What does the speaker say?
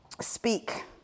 speak